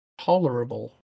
tolerable